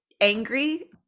angry